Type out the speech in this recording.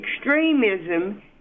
extremism